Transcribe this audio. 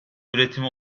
üretimi